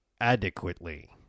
adequately